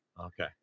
Okay